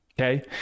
Okay